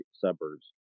suburbs